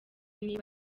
niba